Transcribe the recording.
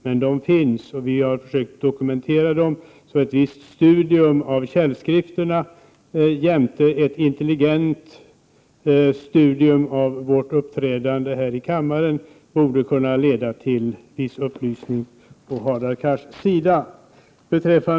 Men de finns, och vi har försökt dokumentera dem, så ett visst studium av källskrifterna och ett intelligent iakttagande av vårt uppträdande här i kammaren borde kunna leda till upplysning för Hadar Cars del.